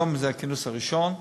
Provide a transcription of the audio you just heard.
היום זה הכינוס הראשון.